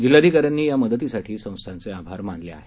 जिल्हाधिकाऱ्यांनी या मदतीसाठी संस्थेचे आभार मानले आहेत